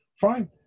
Fine